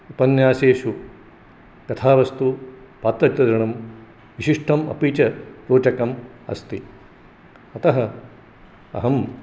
उपन्यासेषु कथावस्तु पात्रग्रहणं विशिष्टम् अपि च रोचकम् अस्ति अतः अहं